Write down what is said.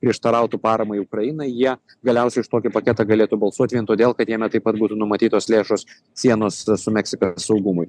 prieštarautų paramai ukrainai jie galiausiai už tokį paketą galėtų balsuot vien todėl kad jame taip pat būtų numatytos lėšos sienos su meksika saugumui